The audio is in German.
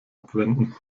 abwenden